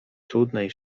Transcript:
cudnej